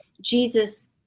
Jesus